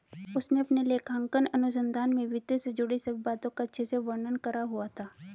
उसने अपने लेखांकन अनुसंधान में वित्त से जुड़ी सभी बातों का अच्छे से वर्णन करा हुआ था